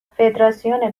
فدراسیون